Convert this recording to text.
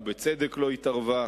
ובצדק לא התערבה.